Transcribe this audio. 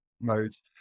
modes